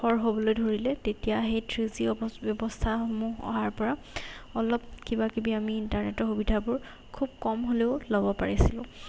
খৰ হ'বলৈ ধৰিলে তেতিয়া সেই থ্ৰী জি অৱ ব্যৱস্থাসমূহ অহাৰ পৰা অলপ কিবা কিবি আমি ইণ্টাৰনেটৰ সুবিধাবোৰ খুব কম হ'লেও ল'ব পাৰিছিলোঁ